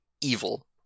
evil